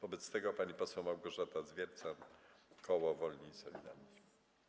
Wobec tego pani poseł Małgorzata Zwiercan, koło Wolni i Solidarni.